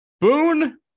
boone